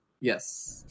Yes